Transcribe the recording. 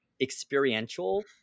experiential